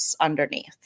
underneath